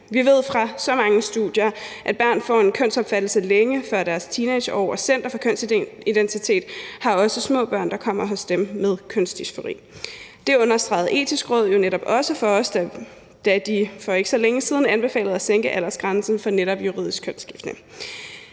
Vi ved fra så mange studier, at børn får en kønsopfattelse længe før deres teenageår, og Center for Kønsidentitet har også små børn, der kommer hos dem med kønsdysfori. Det understregede Det Etiske Råd jo netop også over for os, da de for ikke så længe siden anbefalede at sænke aldersgrænsen for netop juridisk kønsskifte,